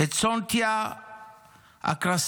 את סונטיה אקרסרי,